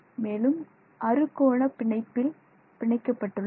மேலும் அறுகோண பிணைப்பில் பிணைக்கப்பட்டுள்ளன